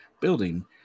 building